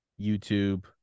YouTube